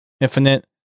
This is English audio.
Infinite